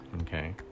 Okay